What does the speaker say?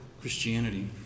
Christianity